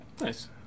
nice